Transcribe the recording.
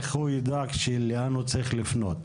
איך הוא ידע לאן הוא צריך לפנות?